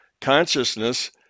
consciousness